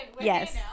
Yes